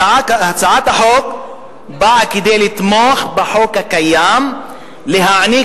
הצעת החוק באה כדי לתמוך בחוק הקיים להעניק